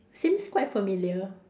seems quite familiar